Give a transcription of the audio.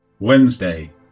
Wednesday